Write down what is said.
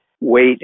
wait